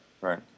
right